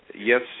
yes